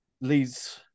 leads